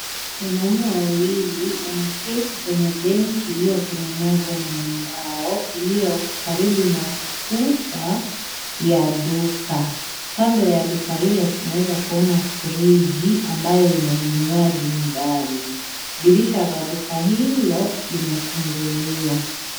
Wanaume wawili wameketi kwenye benchi iliyotengenezwa na mbao iliyo karibu na kuta ya duka. Kando ya duka hilo tunaweza kuona friji ambayo ina vinywaji ndani. Dirisha ya duka hilo limefunguliwa.